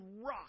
rock